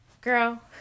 Girl